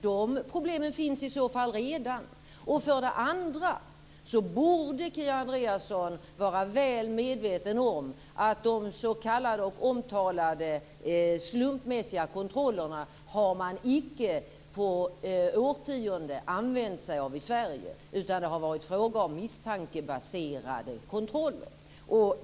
De problemen finns i så fall redan. För det andra borde Kia Andreasson vara väl medveten om att man i Sverige inte på årtionden har använt sig av de omtalade s.k. slumpmässiga kontrollerna, utan det har varit fråga om misstankebaserade kontroller.